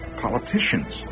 politicians